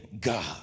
God